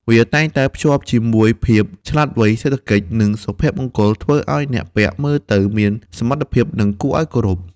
វាតែងតែភ្ជាប់ជាមួយភាពឆ្លាតវៃ សេដ្ឋកិច្ច និងសុភមង្គលធ្វើឲ្យអ្នកពាក់មើលទៅមានសមត្ថភាព និងគួរឲ្យគោរព។